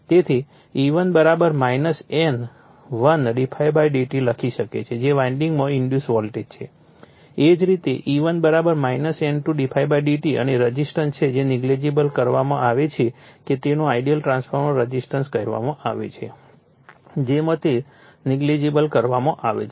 તેથી E1 N1 d∅ dt લખી શકે છે જે વાઇન્ડિંગમાં ઇન્ડુસ વોલ્ટેજ છે એ જ રીતે E2 N2 d∅ dt અને રઝિસ્ટન્સ છે તે નેગલિજિબલ કરવામાં આવે છે કે તેને આઇડીઅલ ટ્રાન્સફોર્મર રઝિસ્ટન્સ કહેવામાં આવે છે જેમાં તે નેગલિજિબલ કરવામાં આવે છે